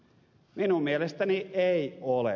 minun mielestäni ei ole